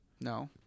No